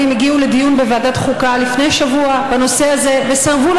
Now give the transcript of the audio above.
אני מקווה שהסאגה הסתיימה שם בשלום,